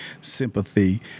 sympathy